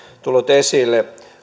tullut esille